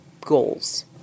goals